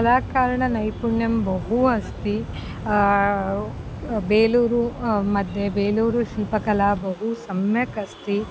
कलाकारेण नैपुण्यं बहु अस्ति बेलूरुमध्ये बेलूरुशिल्पकला बहु सम्यक् अस्ति